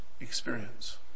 experience